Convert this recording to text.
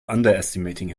underestimating